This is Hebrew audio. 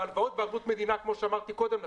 והלוואות בערבות מדינה כמו שאמרתי קודם לכן,